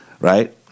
right